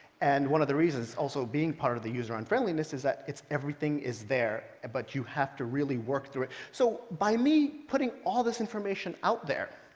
and one of the reasons, also being part of the user-unfriendliness, is that everything is there, but you have to really work through it. so by me putting all this information out there,